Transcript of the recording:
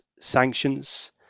sanctions